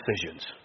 decisions